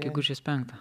gegužės penktą